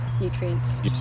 nutrients